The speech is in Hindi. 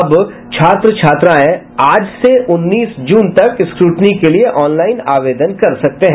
अब छात्र छात्राएं आज से उन्नीस जून तक स्क्रूटनी के लिए ऑनलाईन आवेदन कर सकते हैं